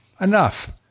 Enough